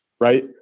right